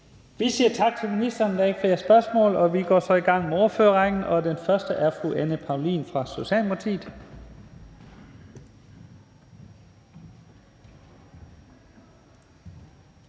Vi siger tak til ministeren. Der er ikke flere spørgsmål, og vi går så i gang med ordførerrækken. Den første er fru Anne Paulin fra Socialdemokratiet.